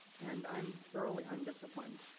and i'm thoroughly undisciplined.